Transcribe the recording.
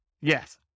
Yes